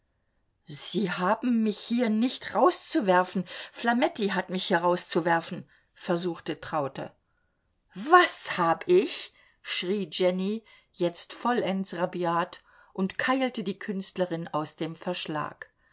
sie haben mich hier nicht rauszuwerfen flametti hat mich hier rauszuwerfen versuchte traute was hab ich schrie jenny jetzt vollends rabiat und keilte die künstlerin aus dem verschlag